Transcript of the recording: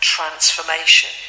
transformation